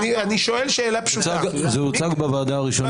זה הוצג בוועדה הראשונה